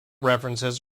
references